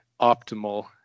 optimal